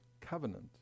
Covenant